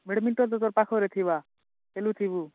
badminton ତ ତୋ ପାଖରେ ଥିବା ଖେଳୁଥିବୁ